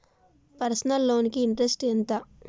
Personal loan కి interest ఎంత?